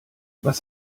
was